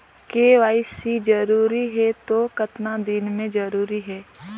KYC जरूरी हे तो कतना दिन मे जरूरी है?